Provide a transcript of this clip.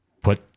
Put